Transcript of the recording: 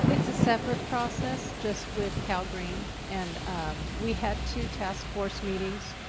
it's a separate process. just with calgreen. and we had two task force meetings,